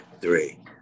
three